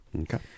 Okay